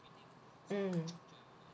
mm